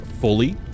fully